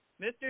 Mr